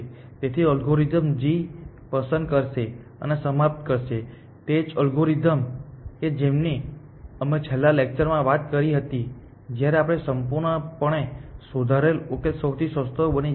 તેથી algorithm g પસંદ કરશે અને સમાપ્ત કરશે તે જ અલ્ગોરિધમ કે જેની અમે છેલ્લા લેકચર માં વાત કરી હતી જ્યારે સંપૂર્ણ પણે સુધારેલ ઉકેલ સૌથી સસ્તો બની જાય છે